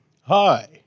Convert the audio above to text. Hi